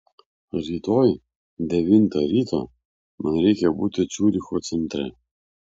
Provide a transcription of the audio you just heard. rytoj devintą ryto man reikia būti ciuricho centre